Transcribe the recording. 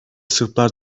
sırplar